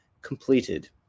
completed